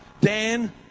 Dan